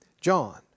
John